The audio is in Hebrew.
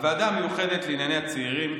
הוועדה המיוחדת לענייני הצעירים.